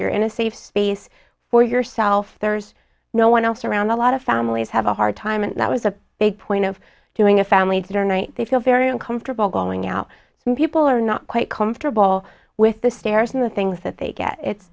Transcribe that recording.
you're in a safe space for yourself there's no one else around a lot of families have a hard time and that was a big point of doing a family dinner night they feel very uncomfortable going out when people are not quite comfortable with the stairs and the things that they get it